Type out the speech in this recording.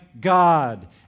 God